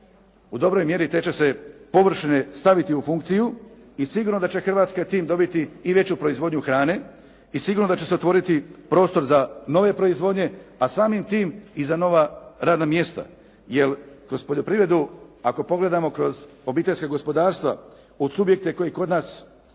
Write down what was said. u dobroj mjeri te će se površine staviti u funkciju i sigurno da će Hrvatska time dobiti i veću proizvodnju hrane i sigurno da će se otvoriti prostor za nove proizvodnje, a samim tim i za nova radna mjesta. Jel' kroz poljoprivredu ako pogledamo kroz obiteljske gospodarstva, od subjekte koji kod nas